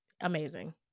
amazing